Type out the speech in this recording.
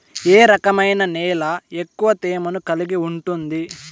ఏ రకమైన నేల ఎక్కువ తేమను కలిగి ఉంటుంది?